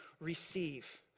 receive